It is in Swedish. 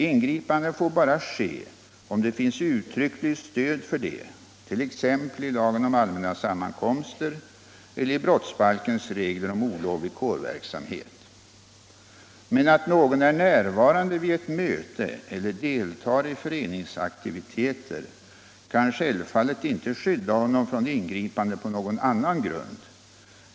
Ingripande får bara ske om det finns uttryckligt stöd för det t.ex. i lagen om allmänna sammankomster eller i brottsbalkens regler om olovlig kårverksamhet. Men att någon är närvarande vid ett möte eller deltar i föreningsaktiviteter kan självfallet inte skydda honom från ingripande på någon annan grund.